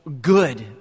good